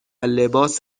لباس